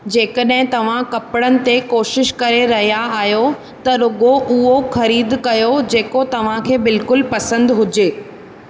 जेकॾहिं तव्हां कपिड़नि ते कोशिश करे रहिया आयो त रुॻो उहो ख़रीदु कयो जेको तव्हांखे बिल्कुलु पसंदि हुजे